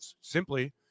simply